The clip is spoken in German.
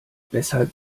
weshalb